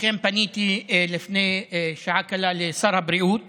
לכן פניתי לפני שעה קלה לשר הבריאות